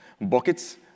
buckets